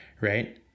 right